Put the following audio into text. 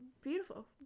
beautiful